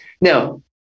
now